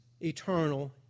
eternal